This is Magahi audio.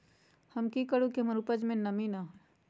हम की करू की हमर उपज में नमी न होए?